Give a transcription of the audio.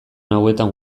hauetan